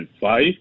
five